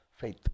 faith